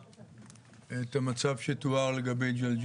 אצלנו גם כן,